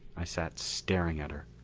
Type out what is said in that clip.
i sat staring at her.